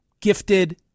gifted